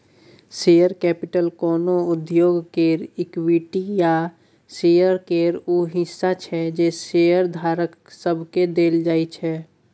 share capital कोनो उद्योग केर इक्विटी या शेयर केर ऊ हिस्सा छै जे शेयरधारक सबके देल जाइ छै